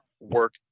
work